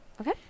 Okay